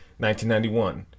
1991